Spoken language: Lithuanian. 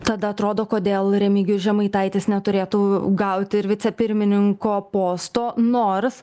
tada atrodo kodėl remigijus žemaitaitis neturėtų gauti ir vicepirmininko posto nors